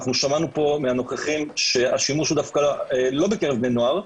אנחנו שמענו פה מהנוכחים שהשימוש הוא דווקא לא בקרב בני נוער,